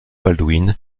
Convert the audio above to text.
baldwin